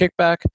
kickback